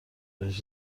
بهش